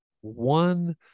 one